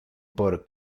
por